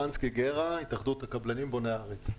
אני מהתאחדות הקבלנים בוני הארץ.